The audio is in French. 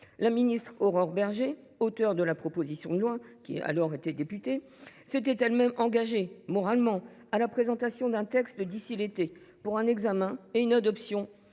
La ministre Aurore Bergé, auteure de la proposition de loi lorsqu’elle était députée, s’était elle même moralement engagée à la présentation d’un texte d’ici à l’été, pour un examen et une adoption